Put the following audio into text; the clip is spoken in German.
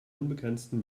unbegrenzten